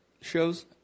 shows